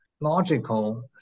logical